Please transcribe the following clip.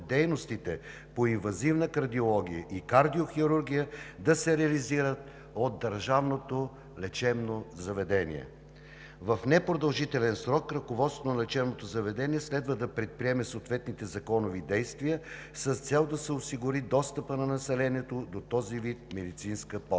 по инвазивна кардиология и кардиохирургия да се реализират от държавното лечебно заведение. В непродължителен срок ръководството на лечебното заведение следва да предприеме съответните законови действия с цел да се осигури достъпът на населението до този вид медицинска помощ.